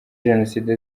jenoside